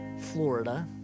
Florida